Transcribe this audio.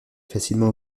facilement